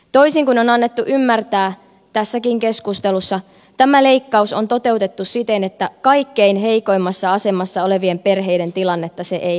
toisin kuin on annettu ymmärtää tässäkin keskustelussa tämä leikkaus on toteutettu siten että kaikkein heikoimmassa asemassa olevien perheiden tilannetta se ei heikennä